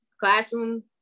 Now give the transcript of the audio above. classroom